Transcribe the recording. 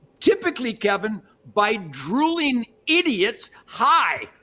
typically kevin, by drooling idiots. hi.